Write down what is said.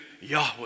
Yahweh